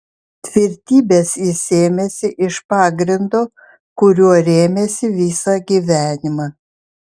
tvirtybės jis sėmėsi iš pagrindo kuriuo rėmėsi visą gyvenimą